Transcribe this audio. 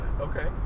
Okay